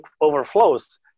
overflows